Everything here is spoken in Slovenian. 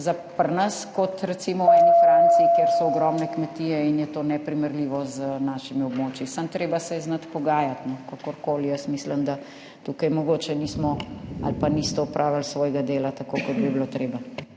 pri nas in recimo v eni Franciji, kjer so ogromne kmetije in je to neprimerljivo z našimi območji, samo treba se je znati pogajati. Kakorkoli, jaz mislim, da tukaj mogoče nismo ali pa niste opravili svojega dela tako, kot bi bilo treba.